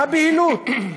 מה הבהילות?